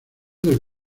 del